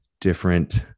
different